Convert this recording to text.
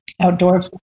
outdoors